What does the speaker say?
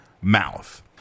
Mouth